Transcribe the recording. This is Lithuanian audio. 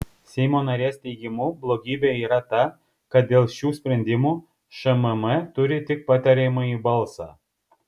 seimo narės teigimu blogybė yra ta kad dėl šių sprendimų šmm turi tik patariamąjį balsą